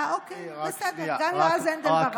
אה, אוקיי, בסדר, גם יועז הנדל ברח.